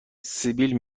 سیبیل